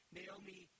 Naomi